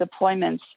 deployments